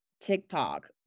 TikTok